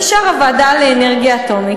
נשארה הוועדה לאנרגיה אטומית.